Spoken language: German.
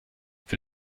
für